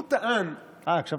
הוא טען, אה, הקשבת.